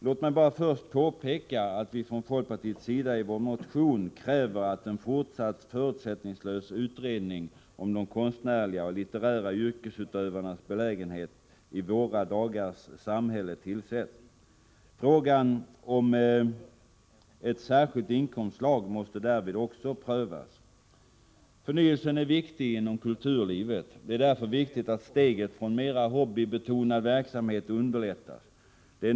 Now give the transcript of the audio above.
Låt mig bara först påpeka att vi från folkpartiets sida i vår motion kräver att en fortsatt förutsättningslös utredning om de konstnärliga och litterära yrkesutövarnas belägenhet i våra dagars samhälle tillsätts. Frågan om ett särskilt inkomstslag måste därvid också prövas. Förnyelsen är viktig inom kulturlivet. Det är därför angeläget att steget från mera hobbybetonad verksamhet underlättas.